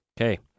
Okay